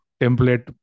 template